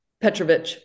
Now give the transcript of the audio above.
Petrovic